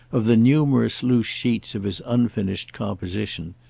of the numerous loose sheets of his unfinished composition,